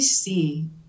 see